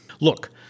Look